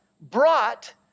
brought